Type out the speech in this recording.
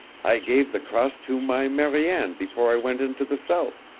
i gave the cross to my mariane before i went into the south,